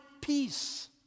peace